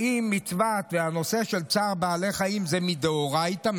האם המצוות והנושא של בעלי חיים הם מדאורייתא,